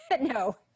No